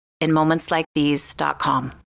InMomentsLikeThese.com